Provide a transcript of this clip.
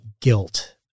guilt